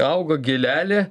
auga gėlelė